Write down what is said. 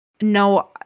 no